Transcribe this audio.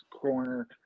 corner